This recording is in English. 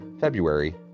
February